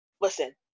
Listen